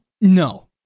No